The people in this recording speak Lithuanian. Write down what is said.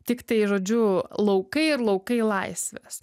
tiktai žodžiu laukai ir laukai laisvės